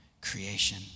creation